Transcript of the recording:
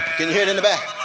can you hear it in the back?